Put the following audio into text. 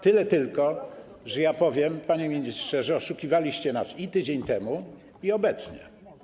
Tyle tylko - powiem - panie ministrze, że oszukiwaliście nas i tydzień temu, i obecnie.